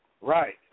right